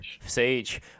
Sage